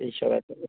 এই সব আছে